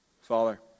Father